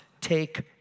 take